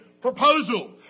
proposal